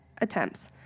attempts